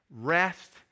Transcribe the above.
Rest